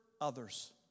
others